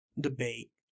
debate